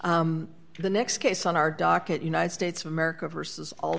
the next case on our docket united states of america versus al